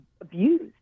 abused